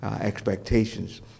expectations